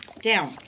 Down